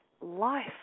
life